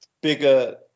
bigger